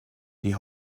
die